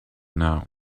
now